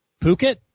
Phuket